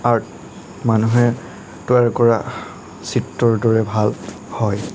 art মানুহে তৈয়াৰ কৰা চিত্ৰৰ দৰে ভাল হয়